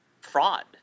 fraud